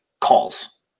calls